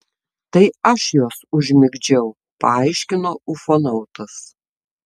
tai aš juos užmigdžiau paaiškino ufonautas